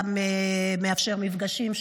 אני רוצה לספר לכם שאתמול ביקרתי באחד מהמועדונים של